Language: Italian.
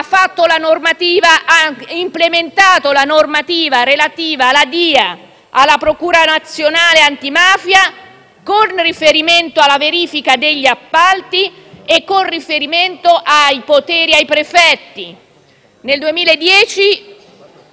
implementata la normativa relativa alla DIA e alla procura nazionale antimafia con riferimento alla verifica degli appalti e ai poteri dei prefetti. Nel 2010